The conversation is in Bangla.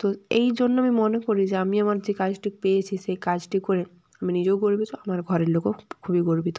তো এই জন্য আমি মনে করি যে আমি আমার যে কাজটি পেয়েছি সেই কাজটি করে আমি নিজেও গর্বিত আমার ঘরের লোকও খুবই গর্বিত